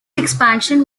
expansion